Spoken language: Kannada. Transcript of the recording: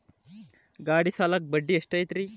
ಗಾಡಿ ಸಾಲಕ್ಕ ಬಡ್ಡಿ ಎಷ್ಟೈತ್ರಿ?